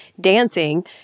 dancing